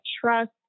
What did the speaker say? trust